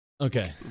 Okay